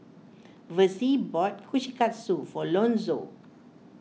Versie bought Kushikatsu for Lonzo